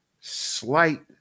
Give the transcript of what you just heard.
slight